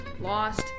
lost